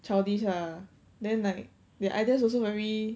childish lah then their ideas also very